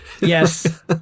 Yes